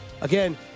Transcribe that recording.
Again